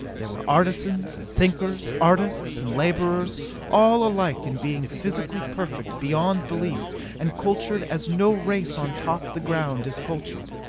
there were artisans and thinkers, artists and laborers all alike in being physically perfect beyond belief and cultured as no race on top the ground is cultured.